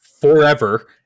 forever